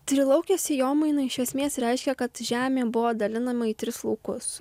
trilaukė sėjomaina iš esmės reiškia kad žemė buvo dalinama į tris laukus